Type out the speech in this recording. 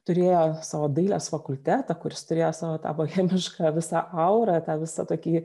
turėjo savo dailės fakultetą kuris turėjo savo tą bohemišką visą aurą tą visą tokį